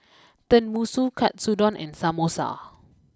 Tenmusu Katsudon and Samosa